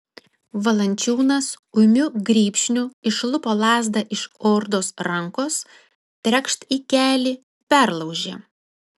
valančiūnas ūmiu grybšniu išlupo lazdą iš ordos rankos trekšt į kelį perlaužė